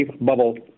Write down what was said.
bubble